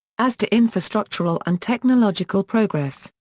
as to infrastructural and technological progress,